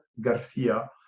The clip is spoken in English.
Garcia